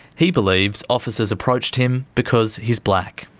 he believes officers approached him because he's black.